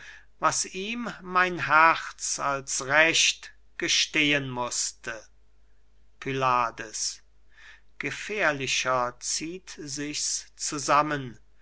was ihm mein herz als recht gestehen mußte pylades gefährlicher zieht sich's zusammen